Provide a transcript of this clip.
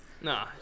Nah